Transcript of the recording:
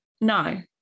No